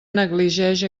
negligeix